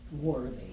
worthy